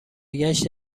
گشت